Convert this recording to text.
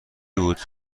بود